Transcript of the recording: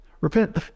repent